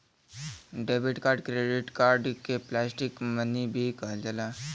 debit card credit card के plastic money भी कहल जाला